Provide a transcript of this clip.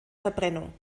verbrennung